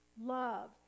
Love